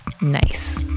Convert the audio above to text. Nice